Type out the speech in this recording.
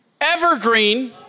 Evergreen